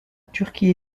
turquie